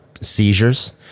seizures